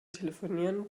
telefonieren